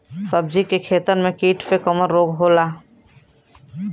सब्जी के खेतन में कीट से कवन रोग होला?